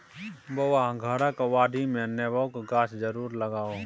बौआ घरक बाडीमे नेबोक गाछ जरुर लगाउ